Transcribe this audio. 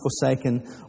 forsaken